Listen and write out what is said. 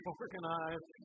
organized